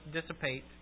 dissipate